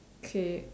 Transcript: K